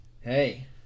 Hey